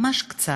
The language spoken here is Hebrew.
ממש קצת,